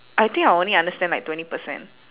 I think I only understand like twenty percent